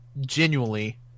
genuinely